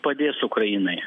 padės ukrainai